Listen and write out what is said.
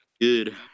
good